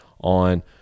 on